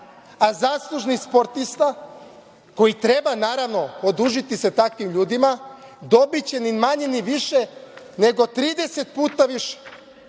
a zaslužni sportista koji, treba naravno odužiti se takvim ljudima, dobiće ni manje ni više nego 30 puta više.